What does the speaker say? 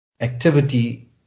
activity